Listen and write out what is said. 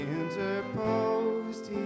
interposed